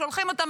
שולחים אותם,